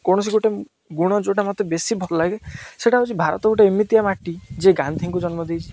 କୌଣସି ଗୋଟେ ଗୁଣ ଯେଉଁଟା ମୋତେ ବେଶୀ ଭଲ ଲାଗେ ସେଇଟା ହେଉଛି ଭାରତ ଗୋଟେ ଏମିତିଆ ମାଟି ଯେ ଗାନ୍ଧୀଙ୍କୁ ଜନ୍ମ ଦେଇଛି